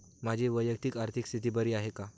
माझी वैयक्तिक आर्थिक स्थिती बरी आहे का?